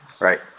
right